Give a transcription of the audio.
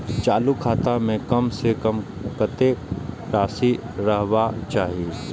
चालु खाता में कम से कम कतेक राशि रहबाक चाही?